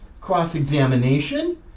cross-examination